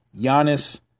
Giannis